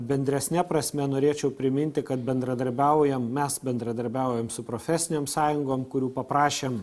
bendresne prasme norėčiau priminti kad bendradarbiaujam mes bendradarbiaujam su profesinėm sąjungom kurių paprašėm